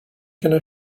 gonna